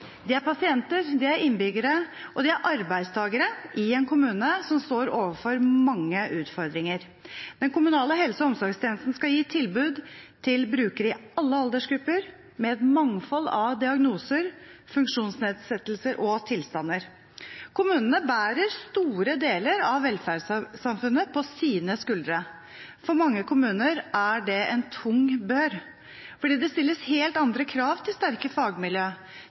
De er pasienter, de er innbyggere, og de er arbeidstakere i en kommune som står overfor mange utfordringer. Den kommunale helse- og omsorgstjenesten skal gi tilbud til brukere i alle aldersgrupper, med et mangfold av diagnoser, funksjonsnedsettelser og tilstander. Kommunene bærer store deler av velferdssamfunnet på sine skuldre. For mange kommuner er det en tung bør, fordi det stilles helt andre krav til sterke